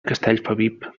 castellfabib